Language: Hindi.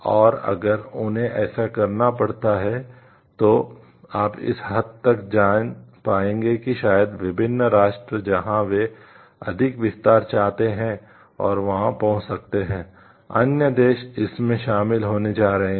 और अगर उन्हें ऐसा करना पड़ता है तो आप इस हद तक जान पाएंगे कि शायद विभिन्न राष्ट्र जहां वे अधिक विस्तार चाहते हैं और वहां पहुंच सकते हैं अन्य देश इसमें शामिल होने जा रहे हैं